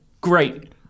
great